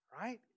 Right